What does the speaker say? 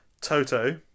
Toto